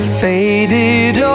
faded